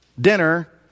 dinner